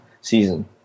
season